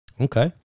Okay